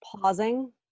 pausing